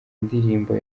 ndirimbo